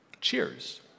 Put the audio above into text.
Cheers